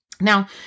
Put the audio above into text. Now